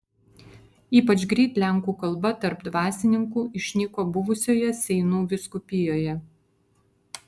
ypač greit lenkų kalba tarp dvasininkų išnyko buvusioje seinų vyskupijoje